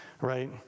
right